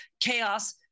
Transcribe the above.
chaos